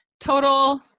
Total